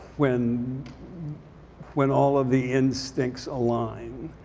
when when all of the instincts align.